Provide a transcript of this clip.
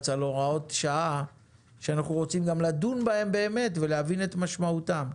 על הוראות שעה כאשר אנחנו רוצים גם לדון בהן באמת ולהבין את משמעותן.